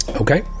Okay